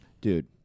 Dude